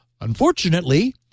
unfortunately